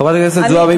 חברת הכנסת זועבי,